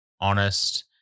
honest